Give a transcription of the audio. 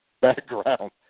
background